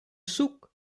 сук